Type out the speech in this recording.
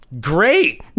great